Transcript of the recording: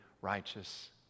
righteous